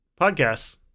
podcasts